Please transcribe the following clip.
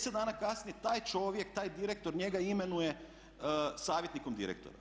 10 dana kasnije taj čovjek, taj direktor njega imenuje savjetnikom direktora.